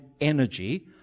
energy